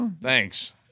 Thanks